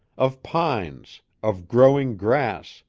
of pines, of growing grass,